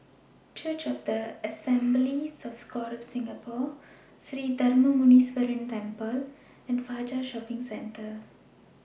Church of The Assemblies of God of Singapore Sri Darma Muneeswaran Temple and Fajar Shopping Centre